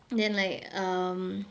then like um